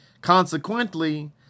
Consequently